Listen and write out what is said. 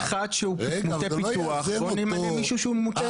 מול אחד שהוא מוטה פיתוח בוא נמנה מישהו שהוא מוטה שימור.